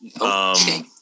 Okay